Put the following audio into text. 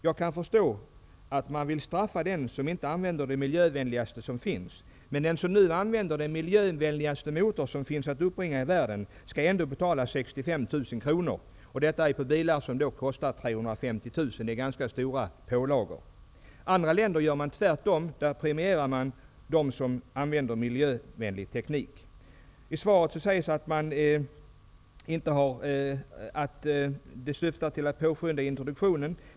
Jag kan förstå att man vill straffa dem som inte använder det miljövänligaste alternativet som finns, men jag kan inte förstå att de som nu använder den miljövänligaste motor som finns i världen ändå skall betala 65 000 kr -- det gäller för bilar som kostar 350 000 kr -- vilket är en ganska stor pålaga. I andra länder gör man tvärtom. Man premierar dem som använder miljövänlig teknik. I svaret sägs att denna pålaga syftar till att påskynda introduktionen.